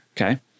Okay